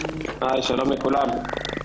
שלום לכולם.